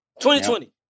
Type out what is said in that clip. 2020